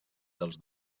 dels